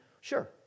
Sure